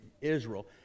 Israel